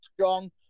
strong